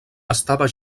estava